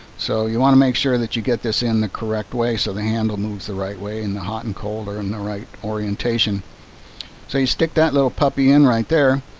so you want to make sure that you get this in the correct way so the handle moves the right way in the hot and colder and the right orientation so you stick that little puppy in right there.